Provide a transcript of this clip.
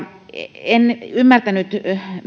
en ymmärtänyt